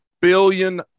billion